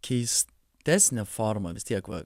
keistesnė forma vis tiek va